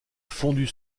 fondu